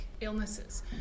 illnesses